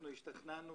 השתכנענו